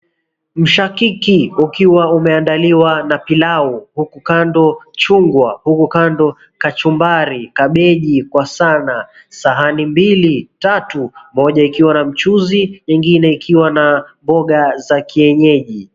Mshakiki ukiwa umeandaliwa na pilau huku kando chungwa huku kando kachumbari, kabeji kwa sana sahani mbili, tatu moja ikiwa na mchuzi nyingine ikiwa na mboga za kienyeji.